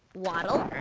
waddle